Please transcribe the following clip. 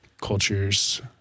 cultures